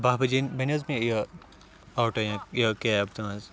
بہہ بجے بَنہِ حٕظ مےٚ یہِ آٹو یا کیب تٕہٕنٛز